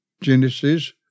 Genesis